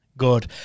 Good